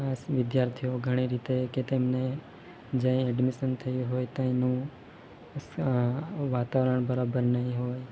હાસ વિદ્યાર્થીઓ ઘણી રીતે કે તેમને જ્યાં એ એડમિશન થઈ ત્યાં એનું વાતાવરણ બરાબર ન હોય